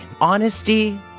Honesty